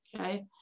okay